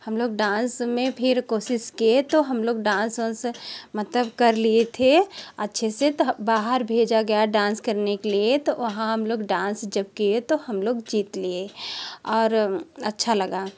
हम लोग डांस में फिर कोशिश किए तो हम लोग डांस वांस मतलब कर लिए थे अच्छे से तो बाहर भेजा गया डांस करने के लिए तो वहाँ हम लोग डांस जब किए तो हम लोग जीत लिए और अच्छा लगा